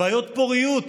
בעיות פוריות,